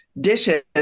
dishes